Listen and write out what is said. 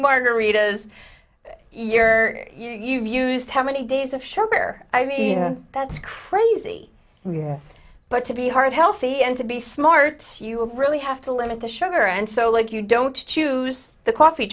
margarita's a year you've used how many days of sugar i mean that's crazy yeah but to be heart healthy and to be smart you really have to limit the sugar and so like you don't choose the coffee